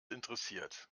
interessiert